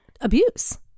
abuse